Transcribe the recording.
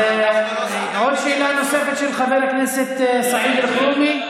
עוד שאלה נוספת, של חבר הכנסת סעיד אלחרומי.